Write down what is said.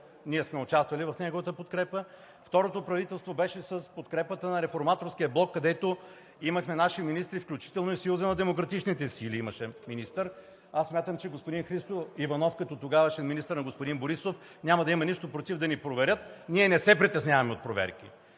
ние сме участвали в неговата подкрепа. Второто правителство беше с подкрепата на Реформаторския блок, където имахме наши министри, включително и Съюзът на демократичните сили имаше министър. Аз смятам, че господин Христо Иванов като тогавашен министър на господин Борисов –нямаме нищо напротив, да ни проверят. Ние не се притесняваме от проверки.